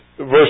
verse